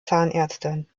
zahnärztin